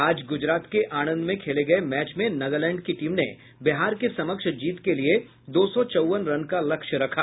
आज गुजरात के आणंद में खेले गये मैच में नागालैंड की टीम ने बिहार के समक्ष जीत के लिये दो सौ चौवन रन का लक्ष्य रखा